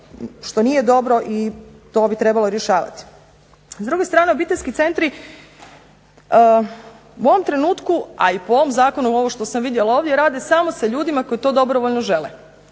što nije dobro i to bi trebalo rješavati. S druge strane obiteljski centri u ovom trenutku, a i po ovom zakonu ovo što sam vidjela ovdje rade samo sa ljudima koji to dobrovoljno žele.